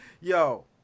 Yo